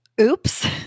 Oops